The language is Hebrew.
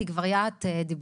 כי כבר יה"ת דיברו,